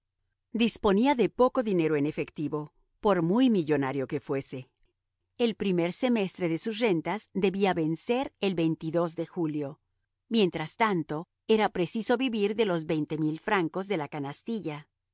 disponía de poco dinero efectivo por muy millonario que fuese el primer semestre de sus rentas debía vencer el de julio mientras tanto era preciso vivir de los francos de la canastilla